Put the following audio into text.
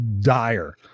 dire